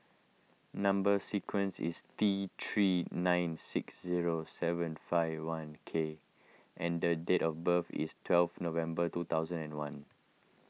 Number Sequence is T three nine six zero seven five one K and the date of birth is twelve November two thousand and one